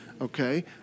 okay